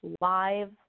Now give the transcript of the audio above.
live